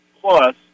plus